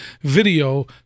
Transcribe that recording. video